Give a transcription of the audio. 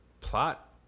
plot